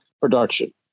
production